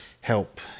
help